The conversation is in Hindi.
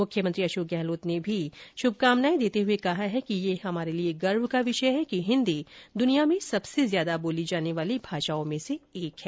मुख्यमंत्री अशोक गहलोत ने भी शुभकामनाएं देते हुए कहा है कि यह हमारे लिए गर्व का विषय है कि हिन्दी दुनिया में सबसे ज्यादा बोले जाने वाली भाषाओं में से एक है